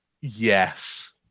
yes